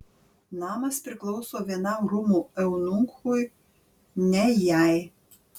namas priklauso vienam rūmų eunuchui ne jai